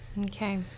Okay